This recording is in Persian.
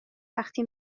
وقتی